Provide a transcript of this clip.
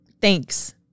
Thanks